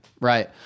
right